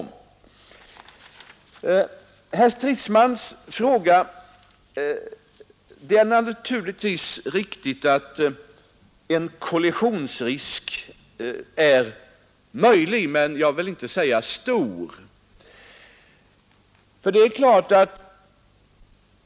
Men anledning av herr Stridsmans fråga vill jag säga, att det är naturligtvis riktigt att en kollisionsrisk finns, men jag vill inte säga att den är stor.